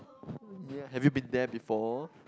have you been there before